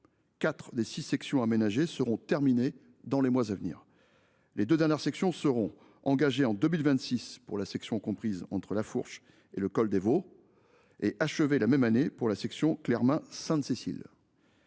des six sections aménagées seront terminées dans les mois à venir. Les deux dernières sections seront engagées en 2026 pour la section comprise entre La Fourche et le col des Vaux et achevées la même année pour la section Clermain Sainte Cécile.